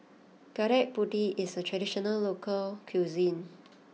Gudeg Putih is a traditional local cuisine